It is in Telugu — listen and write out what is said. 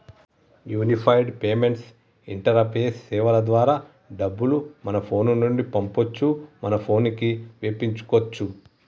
యూనిఫైడ్ పేమెంట్స్ ఇంటరపేస్ సేవల ద్వారా డబ్బులు మన ఫోను నుండి పంపొచ్చు మన పోనుకి వేపించుకోచ్చు